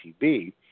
TB